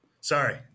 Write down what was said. Sorry